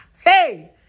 hey